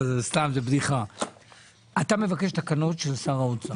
אתה מבקש תקנות של שר האוצר.